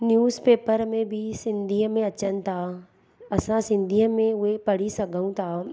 news paper में बि सिंधीअ में अचनि था असां सिंधीअ में उहे पढ़ी सघूं था